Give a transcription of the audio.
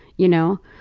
you know.